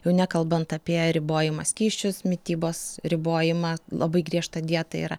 jau nekalbant apie ribojimą skysčius mitybos ribojimą labai griežta dieta yra